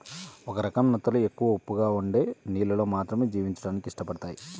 ఒక రకం నత్తలు ఎక్కువ ఉప్పగా ఉండే నీళ్ళల్లో మాత్రమే జీవించడానికి ఇష్టపడతయ్